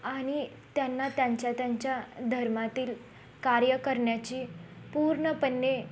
आणि त्यांना त्यांच्या त्यांच्या धर्मातील कार्य करण्याची पूर्णपणे